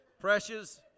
Precious